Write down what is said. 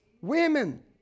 women